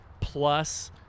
plus